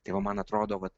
tai va man atrodo vat